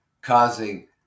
causing